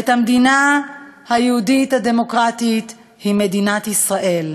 את המדינה היהודית הדמוקרטית, היא מדינת ישראל,